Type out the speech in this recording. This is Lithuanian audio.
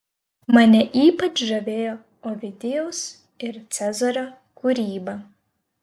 mane ypač žavėjo ovidijaus ir cezario kūryba